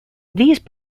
these